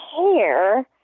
care